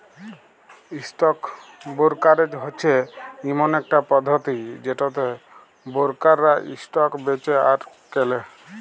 stock brokerage হচ্যে ইমন একট পধতি যেটতে বোরকাররা ইসটক বেঁচে আর কেলে